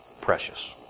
precious